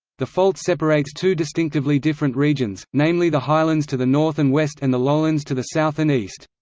the fault separates two distinctively different regions namely the highlands to the north and west and the lowlands to the south and east.